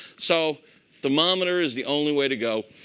so thermometer is the only way to go.